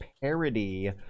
parody